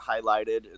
highlighted